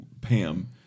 Pam